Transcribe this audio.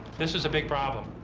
this is a big problem.